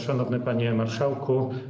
Szanowny Panie Marszałku!